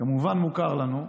כמובן מוכרת לנו,